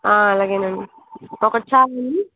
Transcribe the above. అలాగేనండి ఒకటి చాలాండి